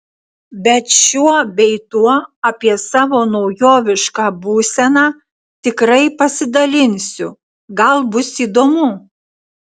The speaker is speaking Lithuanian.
bet šiuo bei tuo apie savo naujovišką būseną tikrai pasidalinsiu gal bus įdomu